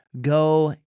Go